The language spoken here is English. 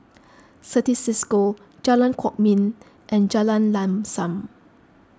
Certis Cisco Jalan Kwok Min and Jalan Lam Sam